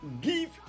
give